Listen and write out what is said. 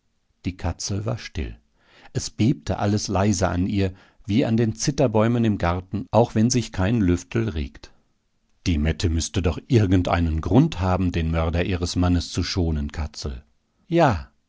die katzel war still es bebte alles leise an ihr wie an den zitterbäumen im garten auch wenn sich kein lüftel regt die mette müßte doch irgendeinen grund haben den mörder ihres mannes zu schonen katzel ja